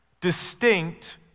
distinct